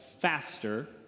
faster